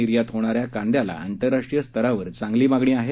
निर्यात होणा या कांद्याला आंतरराष्ट्रीय स्तरावर चांगली मागणी आहे